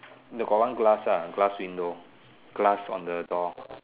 they got one glass ah glass window glass on the door